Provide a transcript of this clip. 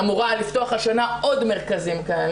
היא אמורה לפתוח השנה עוד מרכזים כאלה,